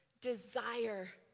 desire